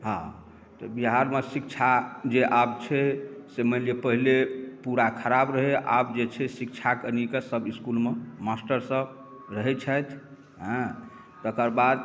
हँ तऽ बिहारमे शिक्षा जे आब छै से मानि लिअ पहले पूरा खराब रहै आब जे छै शिक्षा कनिके सभ इसकुलमे मास्टर सभ रहै छथि एँ तेकर बाद